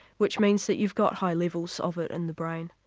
which means that you've got high levels of it in the brain.